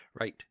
Right